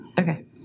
Okay